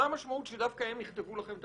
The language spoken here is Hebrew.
מה המשמעות שדווקא הם יכתבו לכם את